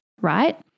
right